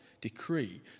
decree